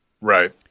right